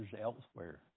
elsewhere